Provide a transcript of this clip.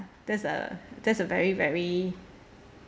that's a that's a very very